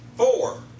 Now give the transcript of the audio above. Four